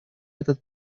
этот